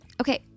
Okay